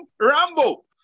Rambo